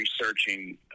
researching